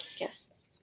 yes